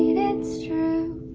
you know it's true,